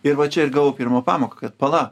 ir va čia ir gavau pirmą pamoką kad pala